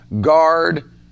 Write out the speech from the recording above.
Guard